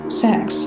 sex